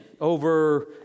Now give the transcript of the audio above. over